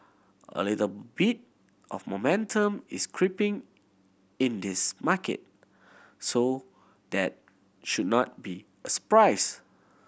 a little bit of momentum is creeping in this market so that should not be a surprise